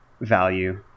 value